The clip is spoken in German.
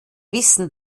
wissen